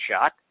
shot